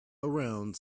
around